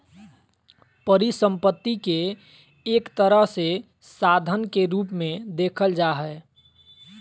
परिसम्पत्ति के एक तरह से साधन के रूप मे देखल जा हय